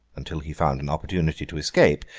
until he found an opportunity to escape,